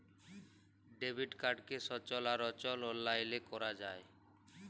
debit কাড়কে সচল আর অচল অললাইলে ক্যরা যায়